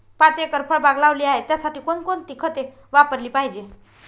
पाच एकर फळबाग लावली आहे, त्यासाठी कोणकोणती खते वापरली पाहिजे?